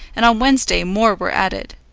and on wednesday more were added,